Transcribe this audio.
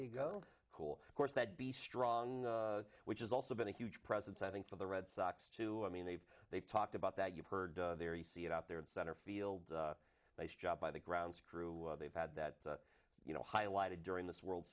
to go cool course that be strong which is also been a huge presence i think for the red sox too i mean they've they've talked about that you've heard there you see it out there in center field nice job by the grounds crew they've had that you know highlighted during this world